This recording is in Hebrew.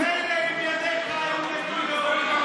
מילא אם ידיך היו נקיות.